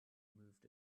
moved